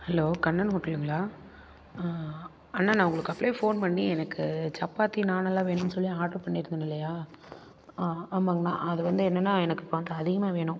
hello Kannan ஹோட்டலுங்களா அண்ணா நான் உங்களுக்கு அப்பவே ஃபோன் பண்ணி எனக்கு சப்பாத்தி நான்லாம் வேணுன்னு சொல்லி ஆட்ரு பண்ணியிருந்தேன் இல்லையா ஆமாங்கண்ணா அது வந்து என்னென்னால் எனக்கு இப்போ அது அதிகமாக வேணும்